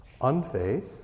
Unfaith